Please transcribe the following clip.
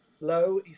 low